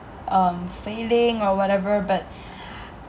um failing or whatever but